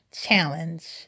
challenge